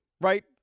right